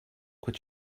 what